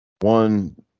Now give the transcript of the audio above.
one